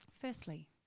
Firstly